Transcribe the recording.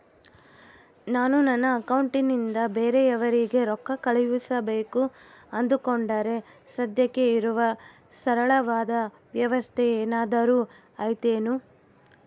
ನಾನು ನನ್ನ ಅಕೌಂಟನಿಂದ ಬೇರೆಯವರಿಗೆ ರೊಕ್ಕ ಕಳುಸಬೇಕು ಅಂದುಕೊಂಡರೆ ಸದ್ಯಕ್ಕೆ ಇರುವ ಸರಳವಾದ ವ್ಯವಸ್ಥೆ ಏನಾದರೂ ಐತೇನು?